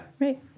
Right